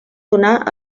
donar